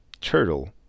Turtle